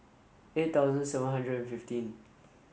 eight thousand seven hundred and fifteen